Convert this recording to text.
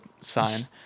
sign